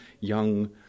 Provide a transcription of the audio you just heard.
young